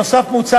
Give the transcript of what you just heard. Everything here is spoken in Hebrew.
נוסף על כך,